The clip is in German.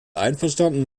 einverstanden